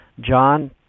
John